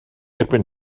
erbyn